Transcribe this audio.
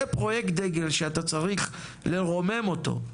זה פרויקט דגל שאתה צריך לרומם אותו.